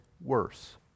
worse